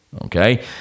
Okay